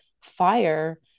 fire